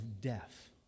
death